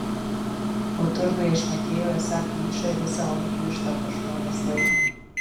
o turguje šnekėjo esą plyšai visą orkų iždą pas žmones laiko